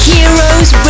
Heroes